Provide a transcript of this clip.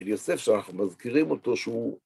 יוסף שאנחנו מזכירים אותו שהוא...